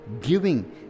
Giving